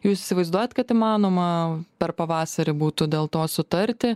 jūs įsivaizduojat kad įmanoma per pavasarį būtų dėl to sutarti